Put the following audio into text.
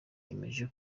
yemeje